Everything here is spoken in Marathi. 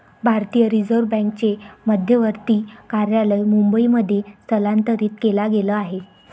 भारतीय रिझर्व बँकेचे मध्यवर्ती कार्यालय मुंबई मध्ये स्थलांतरित केला गेल आहे